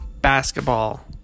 basketball